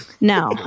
Now